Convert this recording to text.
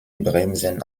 bremsen